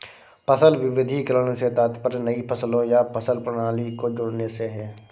फसल विविधीकरण से तात्पर्य नई फसलों या फसल प्रणाली को जोड़ने से है